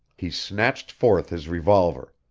he snatched forth his revolver.